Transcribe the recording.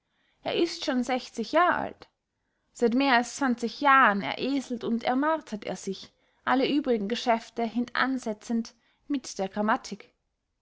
er ist schon sechzig jahr alt seit mehr als zwanzig jahren ereselt und ermartet er sich alle übrigen geschäfte hindansetztend mit der grammatik